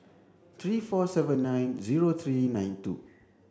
three four seven nine zero three nine two